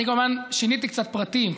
אני כמובן שיניתי קצת פרטים,